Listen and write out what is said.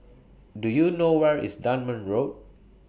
Do YOU know Where IS Dunman Road